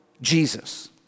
Jesus